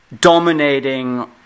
dominating